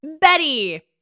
Betty